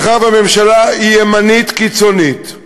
ומאחר שהממשלה היא ימנית קיצונית,